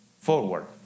forward